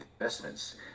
investments